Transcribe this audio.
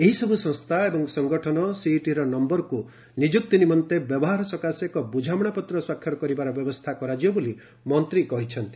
ଏହିସବୁ ସଂସ୍ଥା ଏବଂ ସଂଗଠନ ସିଇଟିର ନମ୍ଭରକୁ ନିଯୁକ୍ତି ନିମନ୍ତେ ବ୍ୟବହାର ସକାଶେ ଏକ ବୃଝାମଣାପତ୍ର ସ୍ୱାକ୍ଷର କରିବାର ବ୍ୟବସ୍ଥା କରାଯିବ ବୋଲି ମନ୍ତ୍ରୀ କହିଛନ୍ତି